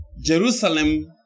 Jerusalem